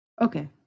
okay